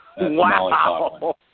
Wow